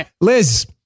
Liz